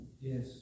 Yes